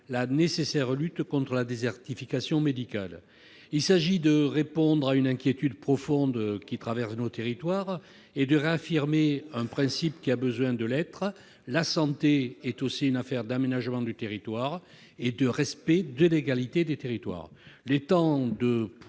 la lutte contre la désertification médicale. Il s'agit de répondre ainsi à une inquiétude profonde qui traverse nos territoires et de réaffirmer un principe qui a besoin d'être rappelé : la santé est aussi une affaire d'aménagement du territoire et de respect de l'égalité entre territoires.